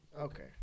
Okay